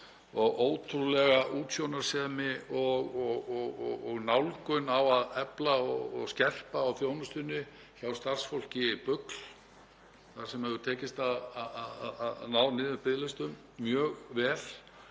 og ótrúlega útsjónarsemi og nálgun á að efla og skerpa á þjónustunni hjá starfsfólki BUGL þar sem hefur tekist mjög vel að ná niður biðlistum og efla